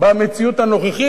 במציאות הנוכחית,